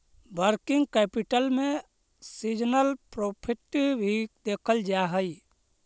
working capital में seasonal profit भी देखल जा हई